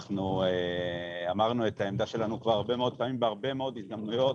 אנחנו אמרנו את העמדה שלנו כבר הרבה מאוד פעמים בהרבה מאוד הזדמנויות.